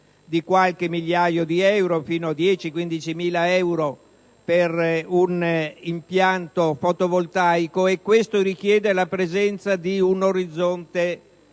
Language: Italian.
di alcune migliaia di euro - fino a 10.000-15.000 euro per un impianto fotovoltaico - e questo richiede la presenza di un orizzonte